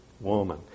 woman